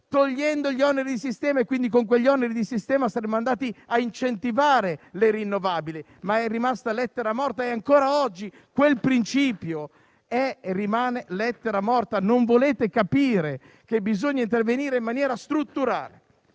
togliendo gli oneri sistema; con quegli oneri di sistema saremmo andati a incentivare le rinnovabili. Ma è rimasta lettera morta e, ancora oggi, quel principio è e rimane lettera morta. Non volete capire che bisogna intervenire in maniera strutturale.